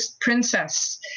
princess